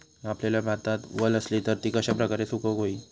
कापलेल्या भातात वल आसली तर ती कश्या प्रकारे सुकौक होई?